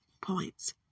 points